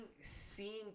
seeing